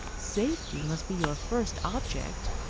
safety must be your first object!